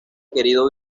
querido